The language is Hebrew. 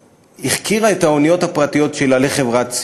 החכירה את האוניות הפרטיות שלה לחברת "צים".